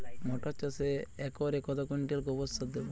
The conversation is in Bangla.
মটর চাষে একরে কত কুইন্টাল গোবরসার দেবো?